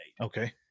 Okay